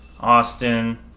Austin